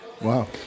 wow